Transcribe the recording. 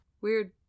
Weird